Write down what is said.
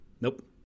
Nope